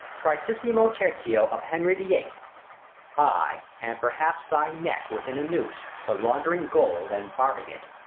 tricesimo tertio of harry the eighth ay, and perhaps thy neck within a noose, for laundring gold and barbing it.